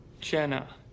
Jenna